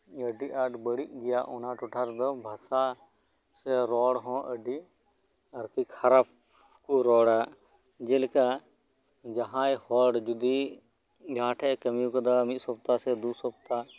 ᱟᱰᱤ ᱟᱸᱴ ᱵᱟᱲᱤᱡ ᱜᱮᱭᱟ ᱚᱱᱟ ᱴᱚᱴᱷᱟ ᱨᱮᱫᱚ ᱵᱷᱟᱥᱟ ᱥᱮ ᱨᱚᱲ ᱦᱚᱸ ᱟᱰᱤ ᱟᱨ ᱠᱤ ᱠᱷᱟᱨᱟᱯ ᱠᱚ ᱨᱚᱲᱟ ᱡᱮᱞᱮᱠᱟ ᱡᱟᱦᱟᱸᱭ ᱦᱚᱲ ᱡᱩᱫᱤ ᱡᱟᱦᱟᱸ ᱴᱷᱮᱡ ᱮ ᱠᱟᱢᱤᱣ ᱠᱟᱫᱟ ᱢᱤᱜ ᱥᱚᱯᱛᱟ ᱥᱮ ᱫᱩ ᱥᱚᱯᱛᱟ